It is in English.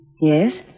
Yes